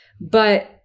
but-